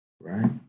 right